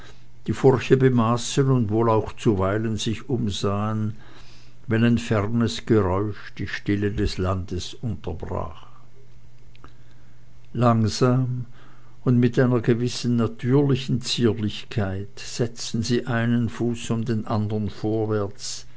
die furche bemaßen oder auch wohl zuweilen sich umsahen wenn ein fernes geräusch die stille des landes unterbrach langsam und mit einer gewissen natürlichen zierlichkeit setzten sie einen fuß um den andern vorwärts